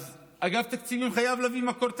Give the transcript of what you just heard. אז אגף תקציבים חייב להביא מקור תקציבי,